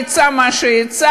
יצא מה שיצא,